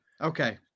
okay